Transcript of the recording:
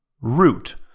Root